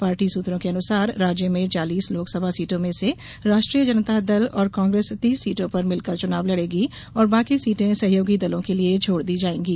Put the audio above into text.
party सूत्रों के अनुसार राज्य में चालीस लोकसभा सीटों में से राष्ट्रीय जनता दल और कांग्रेस तीस सीटों पर मिलकर चुनाव लड़ेगी और बाकी सीटें सहयोगी दलों के लिए छोड़ दी जाएंगी